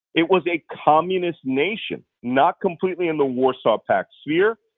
it was a communist nation. not completely in the warsaw pact sphere,